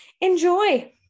enjoy